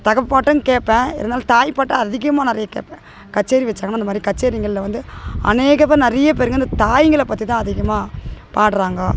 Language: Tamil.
தகப்பாட்டும் கேட்பேன் இருந்தாலும் தாய் பாட்டும் அதிகமாக நிறைய கேட்பேன் கச்சேரி வச்சாங்கனா இந்தமாதிரி கச்சேரிங்கள்ள வந்து அனேக பேர் நிறைய பேருங்க இந்த தாயிங்கள பற்றி தான் அதிகமாக பாடுறாங்கோ